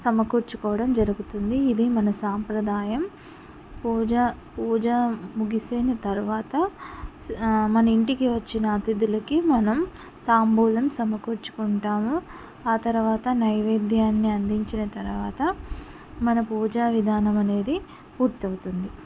సమకూర్చుకోవడం జరుగుతుంది ఇది మన సాంప్రదాయం పూజ పూజ ముగిసిన తర్వాత మన ఇంటికి వచ్చిన అతిథులకి మనం తాంబూలం సమకూర్చుకుంటాము ఆ తర్వాత నైవేద్యాన్ని అందించిన తర్వాత మన పూజా విధానం అనేది పూర్తవుతుంది